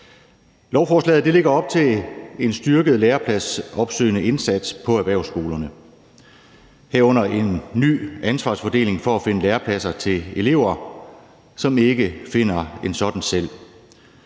Lovforslaget lægger op til en styrket lærepladsopsøgende indsats på erhvervsskolerne, herunder en ny ansvarsfordeling for at finde lærepladser til elever, som ikke finder en sådan selv.